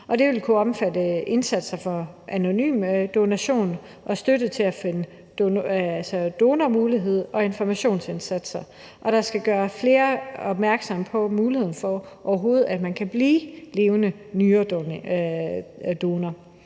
Det vil kunne omfatte en indsats for anonyme donationer og støtte til at finde donormuligheder og informationsindsatser, der skal gøre flere opmærksomme på muligheden for overhovedet at blive levende nyredonor.